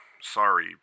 sorry